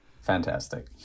Fantastic